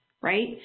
right